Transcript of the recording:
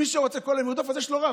מי שרוצה כל היום לרדוף, אז יש לו רב.